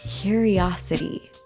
curiosity